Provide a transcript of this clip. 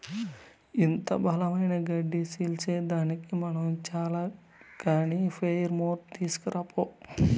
ఇంత బలమైన గడ్డి సీల్సేదానికి మనం చాల కానీ ప్లెయిర్ మోర్ తీస్కరా పో